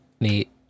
Neat